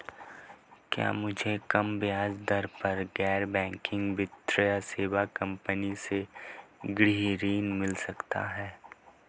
क्या मुझे कम ब्याज दर पर गैर बैंकिंग वित्तीय सेवा कंपनी से गृह ऋण मिल सकता है?